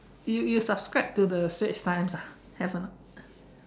you you subscribe to the Straits times ah have or not